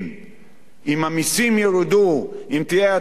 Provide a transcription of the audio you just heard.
אם המסים ירדו, אם תהיה האטה כלכלית,